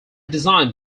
designed